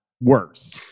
worse